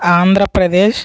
Andhra Pradesh